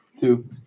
Two